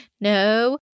no